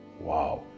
Wow